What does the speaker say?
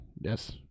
Yes